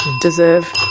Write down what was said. deserve